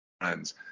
friends